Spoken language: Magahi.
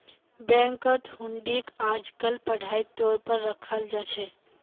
बैंकत हुंडीक आजकल पढ़ाई तौर पर रखाल जा छे